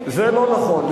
זה לא נכון.